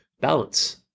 balance